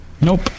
Nope